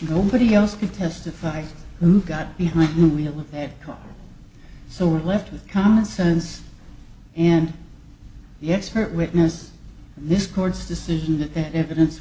nobody else could testify who got behind the wheel of that car so we're left with common sense and the expert witness this court's decision that the evidence